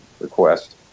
request